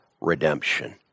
redemption